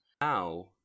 Now